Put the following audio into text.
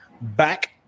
back